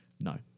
No